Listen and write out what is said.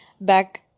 back